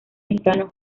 mexicano